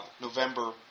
November